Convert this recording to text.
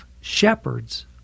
shepherds